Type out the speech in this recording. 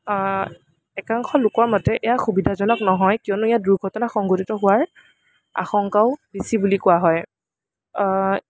একাংশ লোকৰ মতে এইয়া সুবিধাজনক নহয় কিয়নো ইয়াৰ দুৰ্ঘটনা সংঘটিত হোৱাৰ আশংকাও বেছি বুলি কোৱা হয়